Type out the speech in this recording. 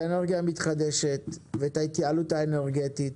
את האנרגיה המתחדשת ואת ההתייעלות האנרגטית